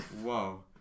Whoa